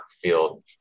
feel